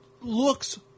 looks